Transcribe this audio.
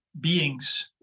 beings